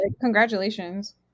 congratulations